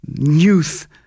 youth